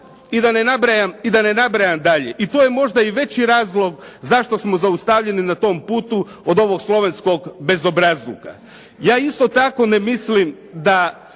i da ne nabrajam dalje. I to je možda i veći razlog zašto smo zaustavljeni na tom putu od ovog slovenskog bezobrazluka. Ja isto tako ne mislim da